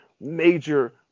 major